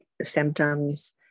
symptoms